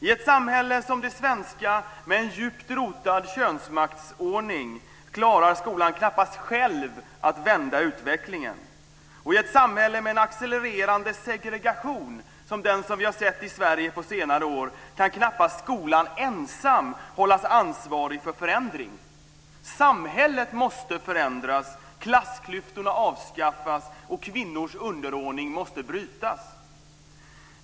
I ett samhälle som det svenska, med en djupt rotad könsmaktsordning, klarar skolan knappast själv att vända utvecklingen. I ett samhälle med en accelererande segregation, som den som vi har sett i Sverige på senare år, kan knappast skolan ensam hållas ansvarig för förändring. Samhället måste förändras, klassklyftorna avskaffas och kvinnors underordning brytas.